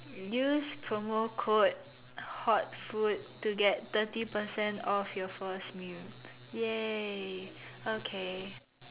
use promo code hot food to get thirty percent off your first meal !yay! okay